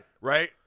Right